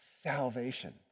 salvation